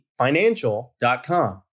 Financial.com